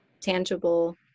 tangible